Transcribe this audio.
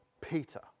Peter